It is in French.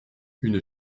une